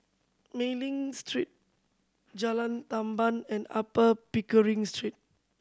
Mei Ling Street Jalan Tamban and Upper Pickering Street